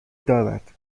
دارد